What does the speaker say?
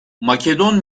makedon